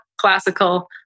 classical